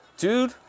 Dude